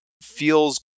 feels